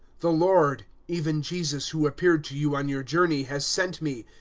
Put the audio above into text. the lord even jesus who appeared to you on your journey has sent me,